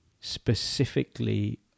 specifically